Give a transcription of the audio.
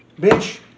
bitch